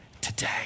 Today